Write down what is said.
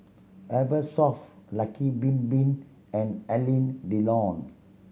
Eversoft Lucky Bin Bin and Alain Delon